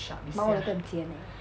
猫的跟尖 leh